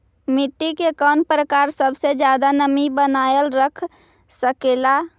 मिट्टी के कौन प्रकार सबसे जादा नमी बनाएल रख सकेला?